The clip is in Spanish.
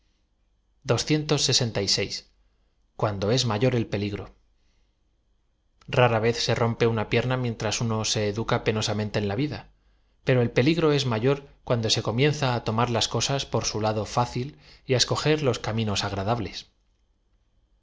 cuándo et mayor el peligro rara v e z se rompe una pierna mientras uno se edu ca penosamente en la vida pero el peligro es mayor cuando se comienza á tomar las cosas por su lado fá c il y á escoger los caminos agradables